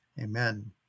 Amen